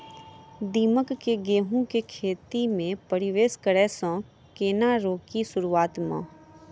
दीमक केँ गेंहूँ केँ खेती मे परवेश करै सँ केना रोकि शुरुआत में?